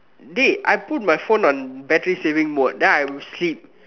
dey I put my phone on battery saving mode then I will sleep